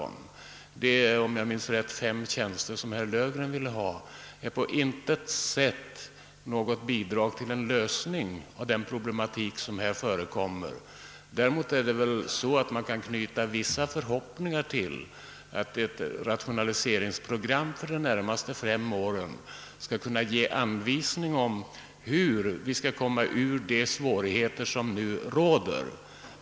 De fem tjänster som herr Löfgren — om jag minns rätt — föreslagit utgör på intet sätt något bidrag till en lösning av de problem som här föreligger. Däremot kan vi hysa vissa förhoppningar om att rationaliseringsprogrammet för de närmaste fem åren skall ge vissa anvisningar om hur man kan komma ur de svårigheter som nu råder.